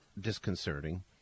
disconcerting